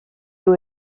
who